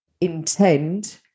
intend